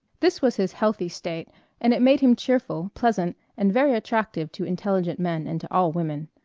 this was his healthy state and it made him cheerful, pleasant, and very attractive to intelligent men and to all women.